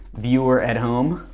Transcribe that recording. viewer at home.